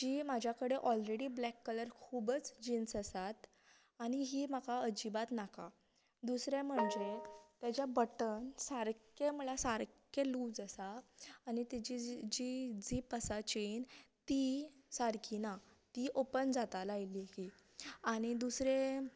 जी म्हाज्या कडेन ऑलरेडी ब्लेक कलर खुबच जिन्स आसात आनी ही म्हाका अज्जीबात नाका दुसरे म्हणल्यार तेजे बटन सारके म्हणल्यार सारके लूज आसा आनी तीची जी झीप आसा चेन ती सारकी ना ती ओपन जाता लायली की आनी दुसरे